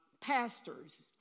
Pastors